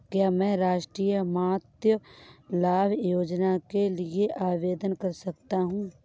क्या मैं राष्ट्रीय मातृत्व लाभ योजना के लिए आवेदन कर सकता हूँ?